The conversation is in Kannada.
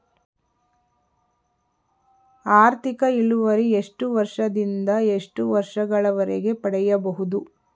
ಆರ್ಥಿಕ ಇಳುವರಿ ಎಷ್ಟು ವರ್ಷ ದಿಂದ ಎಷ್ಟು ವರ್ಷ ಗಳವರೆಗೆ ಪಡೆಯಬಹುದು?